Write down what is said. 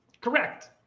Correct